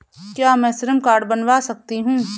क्या मैं श्रम कार्ड बनवा सकती हूँ?